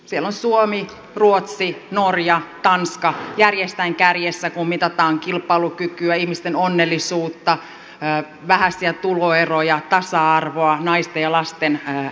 siellä ovat suomi ruotsi norja tanska järjestään kärjessä kun mitataan kilpailukykyä ihmisten onnellisuutta vähäisiä tuloeroja tasa arvoa naisten ja lasten asemaa